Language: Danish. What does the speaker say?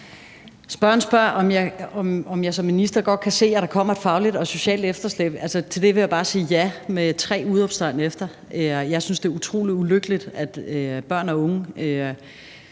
Spørgeren spørger, om jeg som minister godt kan se, at der kommer et fagligt og socialt efterslæb. Til det vil jeg bare sige ja med tre udråbstegn efter. Jeg synes, at det er utrolig ulykkeligt, at børn og unge